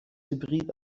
hybrid